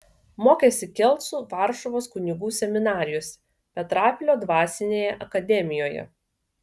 mokėsi kelcų varšuvos kunigų seminarijose petrapilio dvasinėje akademijoje